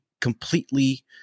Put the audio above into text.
completely